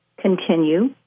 Continue